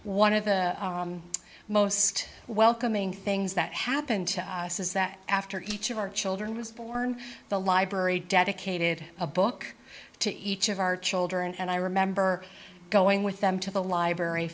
are the most welcoming things that happened to us is that after each of our children was born the library dedicated a book to each of our children and i remember going with them to the library